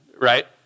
Right